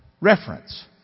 reference